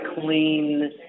clean